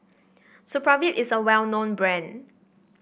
Supravit is a well known brand